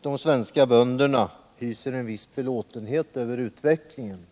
de svenska bönderna hyser en viss belåtenhet över utvecklingen.